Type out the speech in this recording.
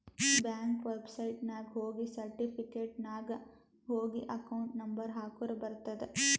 bank ವೆಬ್ಸೈಟ್ನಾಗ ಹೋಗಿ certificate ನಾಗ್ ಹೋಗಿ ಅಕೌಂಟ್ ನಂಬರ್ ಹಾಕುರ ಬರ್ತುದ್